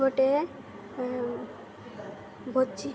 ଗୋଟେ